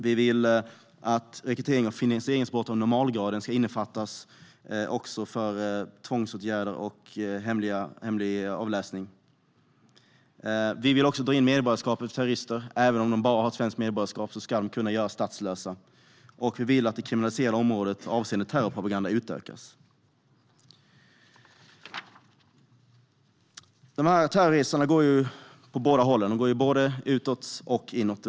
Vi vill att rekryterings och finansieringsbrott av normalgraden ska innefattas också för tvångsåtgärder och hemlig avläsning. Vi vill dra in medborgarskapet för terrorister. Även om de bara har svenskt medborgarskap ska de kunna göras statslösa. Vi vill att det kriminaliserade området avseende terrorpropaganda utökas. Terrorresor går åt båda hållen - både utåt och inåt.